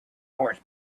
horse